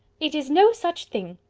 it is no such thing.